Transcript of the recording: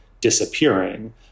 disappearing